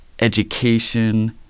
education